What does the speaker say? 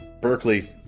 Berkeley